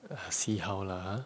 ah see how lah !huh!